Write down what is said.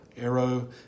arrow